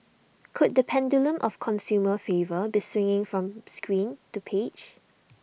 could the pendulum of consumer favour be swinging from screen to page